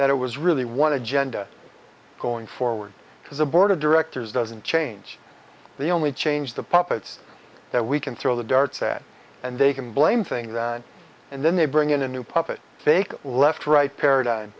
that it was really one agenda going forward to the board of directors doesn't change the only change the puppets that we can throw the darts at and they can blame things and then they bring in a new puppet fake left right paradigm